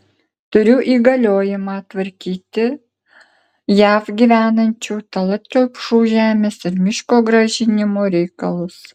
turiu įgaliojimą tvarkyti jav gyvenančių tallat kelpšų žemės ir miško grąžinimo reikalus